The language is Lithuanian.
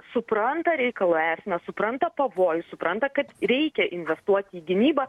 supranta reikalo esmę supranta pavojų supranta kad reikia investuoti į gynybą